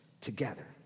together